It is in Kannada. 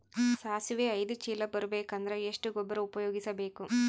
ಸಾಸಿವಿ ಐದು ಚೀಲ ಬರುಬೇಕ ಅಂದ್ರ ಎಷ್ಟ ಗೊಬ್ಬರ ಉಪಯೋಗಿಸಿ ಬೇಕು?